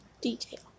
detail